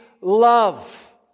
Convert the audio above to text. love